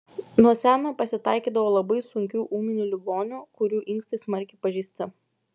nuo seno pasitaikydavo labai sunkių ūminių ligonių kurių inkstai smarkiai pažeisti